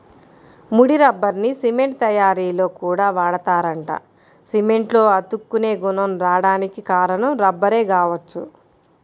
ముడి రబ్బర్ని సిమెంట్ తయ్యారీలో కూడా వాడతారంట, సిమెంట్లో అతుక్కునే గుణం రాడానికి కారణం రబ్బరే గావచ్చు